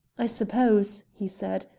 i suppose, he said,